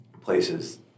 places